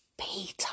Peter